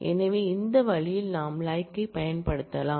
எனவே இந்த வழியில் நாம் LIKE ஐப் பயன்படுத்தலாம்